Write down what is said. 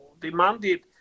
demanded